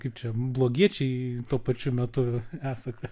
kaip čia blogiečiai tuo pačiu metu esate